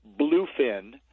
Bluefin